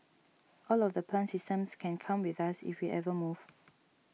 all of the plant systems can come with us if we ever move